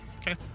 Okay